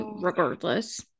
regardless